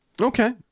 Okay